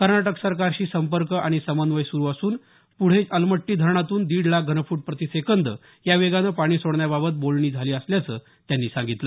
कर्नाटक सरकारशी संपर्क आणि समन्वय सुरू असून पुढे अलमट्टी धरणातून दीड लाख घनफूट प्रतिसेकंद या वेगानं पाणी सोडण्याबाबत बोलणी झाली असल्याचं त्यांनी सांगितलं